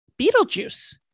Beetlejuice